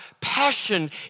passion